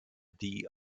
die